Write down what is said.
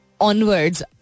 onwards